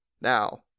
Now